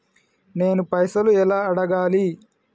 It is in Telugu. నేను పైసలు ఎలా అడగాలి?